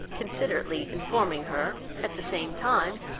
considerately informing her, at the same time,